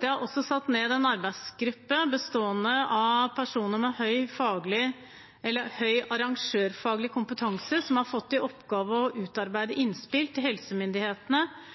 Det er også satt ned en arbeidsgruppe bestående av personer med høy arrangørfaglig kompetanse som har fått i oppgave å utarbeide innspill til helsemyndighetene